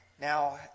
Now